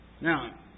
Now